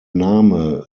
name